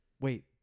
wait